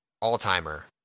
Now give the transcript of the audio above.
all-timer